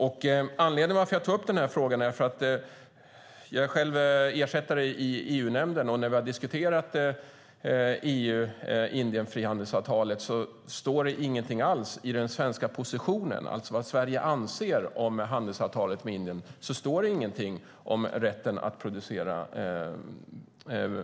Anledningen till att jag tar upp den här frågan är att jag är ersättare i EU-nämnden, och när det gäller frihandelsavtalet mellan EU och Indien står det ingenting alls i den svenska positionen om vad Sverige anser om rätten att kunna fortsätta producera